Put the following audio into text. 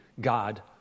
God